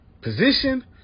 position